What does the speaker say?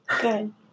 Good